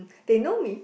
they know me